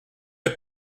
est